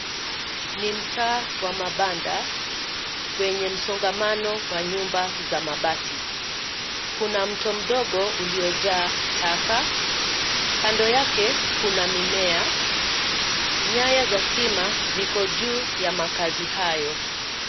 Ni mtaa wa mabanda wenye msongamano wa nyumba za mabati. Kuna mto mdogo uliojaa taka, kando yake kuna mimea. Nyaya za stima ziko juu ya makazi hayo.